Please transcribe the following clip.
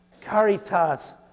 caritas